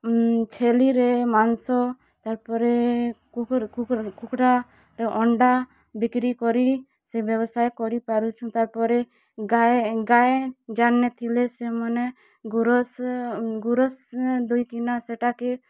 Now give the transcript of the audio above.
ଛେଲିରେ ମାଂସ ତା'ର୍ପରେ କୁକୁ କୁକୁ କୁକୁଡ଼ା ଅଣ୍ଡା ବିକ୍ରି କରି ସେ ବ୍ୟବସାୟ କରିପାରୁଛୁଁ ତା'ର୍ପରେ ଗାଈ ଗାଈ ଯା'ର୍ନେ ଥିଲେ ସେମାନେ ଗୁରସ୍ ଗୁରସ୍ ଧୁହିକିନା ସେଟାକେ